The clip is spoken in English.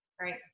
Right